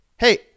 hey